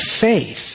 faith